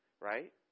right